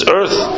earth